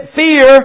fear